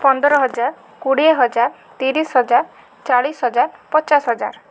ପନ୍ଦର ହଜାର କୋଡ଼ିଏ ହଜାର ତିରିଶ ହଜାର ଚାଳିଶ ହଜାର ପଚାଶ ହଜାର